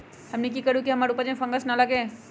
हमनी की करू की हमार उपज में फंगस ना लगे?